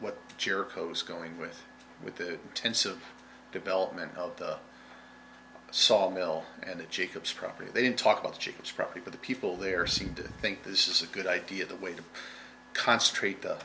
what cheer coast going with with the intensive development of the sawmill and the jacobs property they didn't talk about chickens probably but the people there seem to think this is a good idea the way to concentrate the